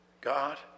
God